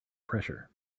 pressure